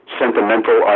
sentimental